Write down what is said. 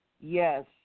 Yes